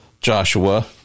Joshua